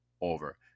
over